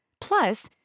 Plus